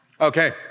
Okay